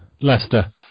Leicester